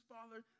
Father